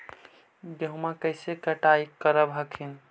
गेहुमा कैसे कटाई करब हखिन?